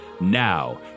Now